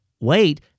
wait